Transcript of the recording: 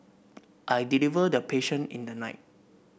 I delivered the patient in the night